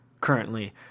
currently